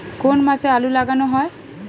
কোন মাসে আলু লাগানো হয়?